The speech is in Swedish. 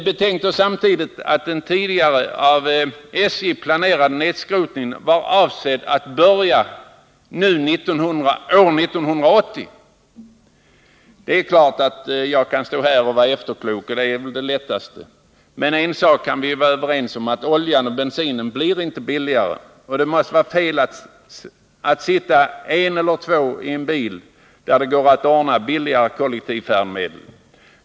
Betänk samtidigt att den tidigare av SJ Nr 54 planerade nedskrotningen var avsedd att börja 1980. Visst kan jag vara efterklok. Det är ju det lättaste. Men en sak kan vi vara överens om: oljan och bensinen blir inte billigare. Det måste vara fel att sitta en eller två i en bil, när det går att ordna billigare kollektiva färdmedel.